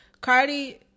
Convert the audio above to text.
Cardi